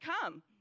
come